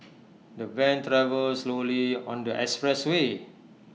the van travelled slowly on the expressway